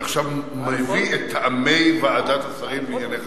עכשיו אני מביא את טעמי ועדת השרים לענייני חקיקה.